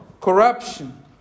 corruption